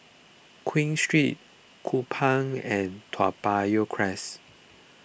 Queen Street Kupang and Toa Payoh Crest